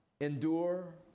endure